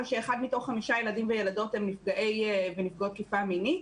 אבל שאחד מתוך חמישה ילדים וילדות הם נפגעי ונפגעות תקיפה מינית.